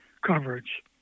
coverage